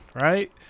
right